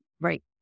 Right